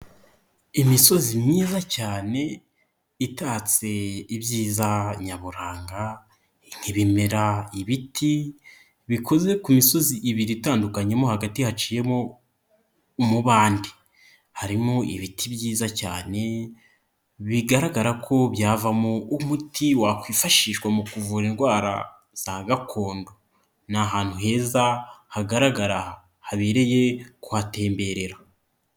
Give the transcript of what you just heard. Imisozi myiza cyane itatse ibyiza nyaburanga nk'ibimera, ibiti bikuze ku misozi ibiri itandukanye mo hagati haciyemo umubande. Harimo ibiti byiza cyane bigaragara ko byavamo umuti wakwifashishwa mu kuvura indwara za gakondo. Ni ahantu heza hagaragara ko habereye kuhatemberera.